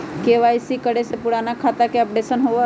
KYC करें से पुराने खाता के अपडेशन होवेई?